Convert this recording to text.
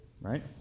right